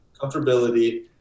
Comfortability